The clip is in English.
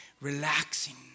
relaxing